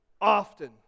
often